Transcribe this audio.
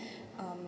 um